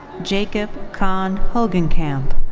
jacob kahn hogenkamp.